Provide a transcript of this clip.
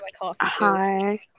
Hi